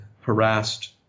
harassed